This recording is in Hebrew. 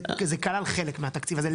זה כלל חלק מהתקציב הזה,